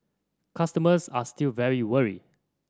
customers are still very worried